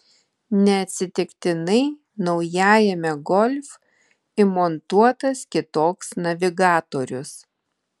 neatsitiktinai naujajame golf įmontuotas kitoks navigatorius